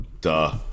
duh